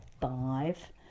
five